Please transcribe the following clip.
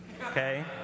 okay